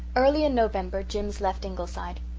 early in november jims left ingleside.